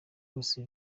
bose